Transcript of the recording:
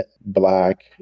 black